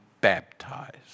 baptized